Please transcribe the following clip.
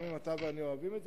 גם אם אתה ואני אוהבים את זה,